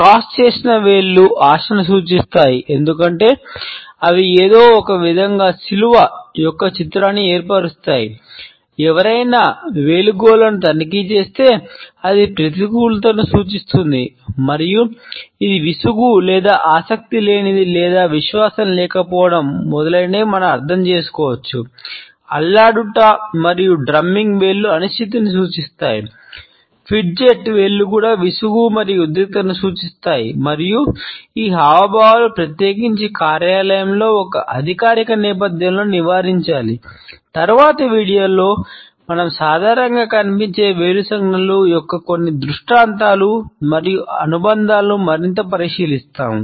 cross చేసిన వేళ్లు మరియు అనుబంధాలను మరింత పరిశీలిస్తాము